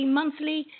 monthly